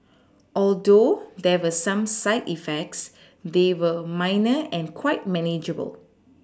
although there were some side effects they were minor and quite manageable